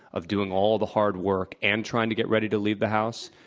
of doing all the hard work and trying to get ready to leave the house,